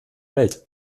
welt